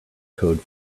code